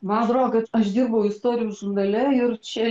man atrodo kad aš dirbau istorijų žurnale ir čia